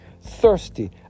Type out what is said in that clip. thirsty